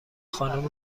خانوم